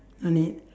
no need